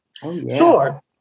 Sure